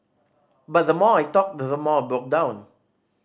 but the more I talked the more I broke down